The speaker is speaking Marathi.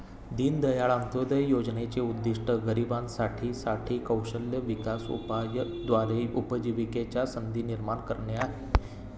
दीनदयाळ अंत्योदय योजनेचे उद्दिष्ट गरिबांसाठी साठी कौशल्य विकास उपायाद्वारे उपजीविकेच्या संधी निर्माण करणे आहे